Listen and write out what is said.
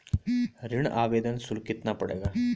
ऋण आवेदन शुल्क कितना पड़ेगा?